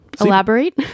Elaborate